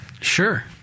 Sure